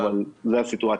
אבל זו הסיטואציה.